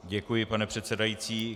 Děkuji, pane předsedající.